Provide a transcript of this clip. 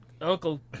Uncle